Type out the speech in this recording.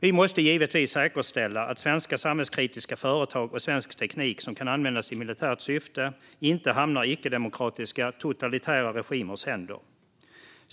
Vi måste givetvis säkerställa att svenska samhällskritiska företag och svensk teknik som kan användas i militärt syfte inte hamnar i icke-demokratiska, totalitära regimers händer.